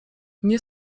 nie